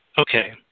okay